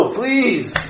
please